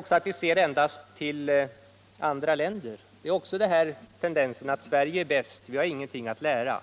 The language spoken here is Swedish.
varit att vi här endast tar exempel från andra länder. Det är också ett uttryck för tendensen att Sverige är bäst — vi har ingenting att lära.